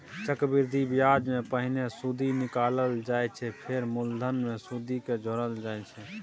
चक्रबृद्धि ब्याजमे पहिने सुदि निकालल जाइ छै फेर मुलधन मे सुदि केँ जोरल जाइ छै